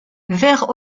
vert